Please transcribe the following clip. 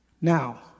now